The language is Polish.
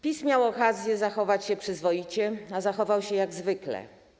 PiS miał okazję zachować się przyzwoicie, a zachował się jak zwykle.